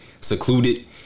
secluded